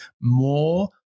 more